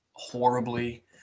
horribly